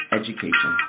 education